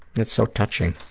that's so touching.